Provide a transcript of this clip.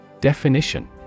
Definition